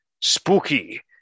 spooky